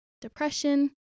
depression